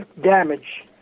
damage